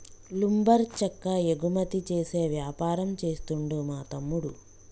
lumber చెక్క ఎగుమతి చేసే వ్యాపారం చేస్తుండు మా తమ్ముడు